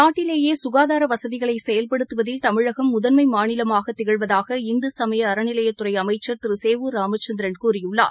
நாட்டிலேயே சுனதார வசதிகளை செயல்படுத்துவதில் தமிழகம் முதன்மை மாநிலமாக திகழ்வதாக இந்து சமய அறநிலையத்துறை அமைச்சர் திரு சேவூர் ராமச்சந்திரன் கூறியுள்ளார்